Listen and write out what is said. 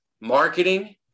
marketing